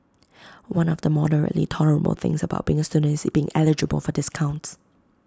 one of the moderately tolerable things about being A student is being eligible for discounts